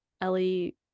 Ellie